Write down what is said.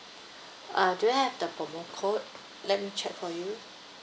uh do you have the promo code let me check for you